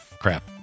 crap